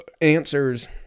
answers